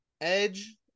Edge